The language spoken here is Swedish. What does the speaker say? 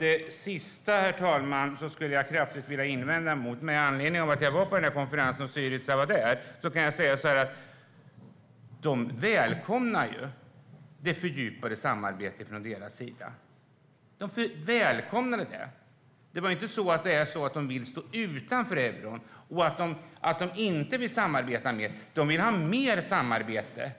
Herr talman! Det sista skulle jag kraftigt vilja invända mot. Med anledning av att jag var på konferensen och Syriza var där kan jag säga: De välkomnar det fördjupade samarbetet. Det är inte så att de vill stå utanför euron och inte vill samarbeta, utan de vill ha mer samarbete.